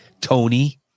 Tony